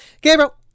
Gabriel